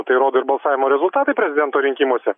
tai rodo ir balsavimo rezultatai prezidento rinkimuose